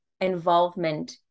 involvement